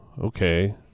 Okay